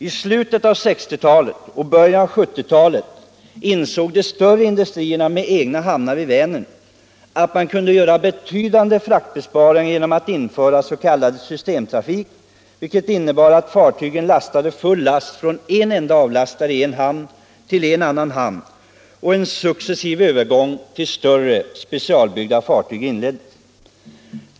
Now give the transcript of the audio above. I slutet av 1960-talet och början av 1970-talet insåg de större industrierna med egna hamnar vid Vänern att man kunde göra betydande fraktbesparingar genom att införa s.k. systemtrafik, vilket innebar att fartygen lastade full last från en enda avlastare i en hamn till en annan hamn, och en successiv övergång till större, specialbyggda fartyg inleddes.